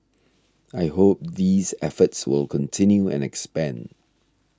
I hope these efforts will continue and expand